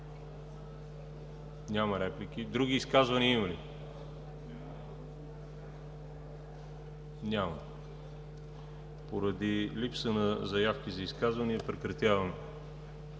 Няма реплики. Други изказвания има ли? Няма. Поради липса на заявки за изказвания прекратявам